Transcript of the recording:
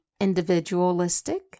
individualistic